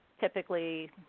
typically